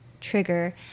trigger